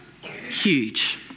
huge